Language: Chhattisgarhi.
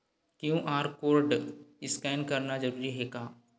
क्यू.आर कोर्ड स्कैन करना जरूरी हे का?